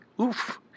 Oof